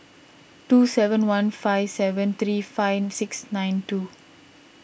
two seven one five seven three five six nine two